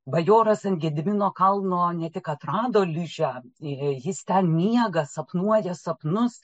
bajoras ant gedimino kalno ne tik atrado ližę jis ten miega sapnuoja sapnus